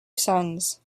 sons